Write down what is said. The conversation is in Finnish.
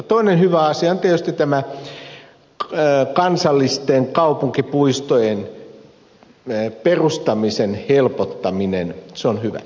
toinen hyvä asia on tietysti tämä kansallisten kaupunkipuistojen perustamisen helpottaminen se on hyvä